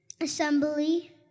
assembly